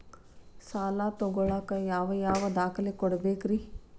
ಸಾಲ ತೊಗೋಳಾಕ್ ಯಾವ ಯಾವ ದಾಖಲೆ ಕೊಡಬೇಕ್ರಿ?